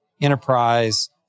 enterprise